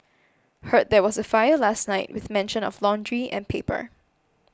heard there was a fire last night with mention of laundry and paper